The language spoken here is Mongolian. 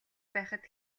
байхад